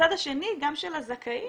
בצד השני גם של הזכאים